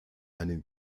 einen